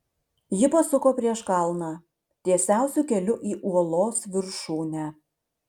ji pasuko prieš kalną tiesiausiu keliu į uolos viršūnę